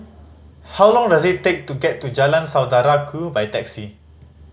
how long does it take to get to Jalan Saudara Ku by taxi